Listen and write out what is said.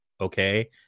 okay